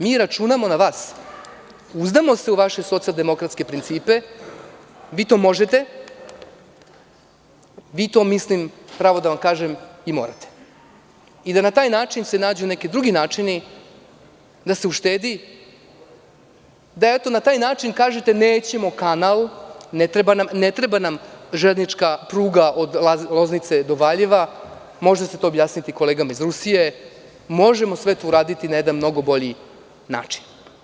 Mi računamo na vas, uzdamo se u vaše socijaldemokratske principe, vi to možete, a pravo da vam kažem, i morate i da na taj način se nađu neki drugi načini, da se uštedi, da kažete na taj način nećemo kanal, ne treba nam železnička pruga od Loznice do Valjeva, možda ćete to da objasnite kolegama iz Rusije a možemo sve to da uradimo na jedan mnogo bolji način.